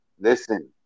Listen